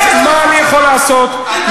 אתה לא רוצה שלום, תתבייש לך, מה אני יכול לעשות.